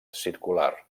circular